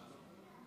אחרון הדוברים,